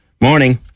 Morning